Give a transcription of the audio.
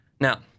Now